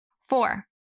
Four